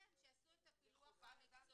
כן, שיעשו את הפילוח המקצועי.